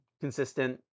Consistent